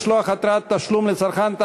משלוח התראת תשלום לצרכן),